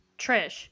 Trish